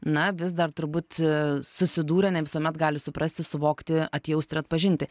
na vis dar turbūt susidūrę ne visuomet gali suprasti suvokti atjausti ir atpažinti